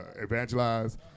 evangelize